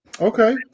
Okay